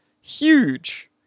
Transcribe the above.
huge